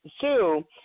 Sue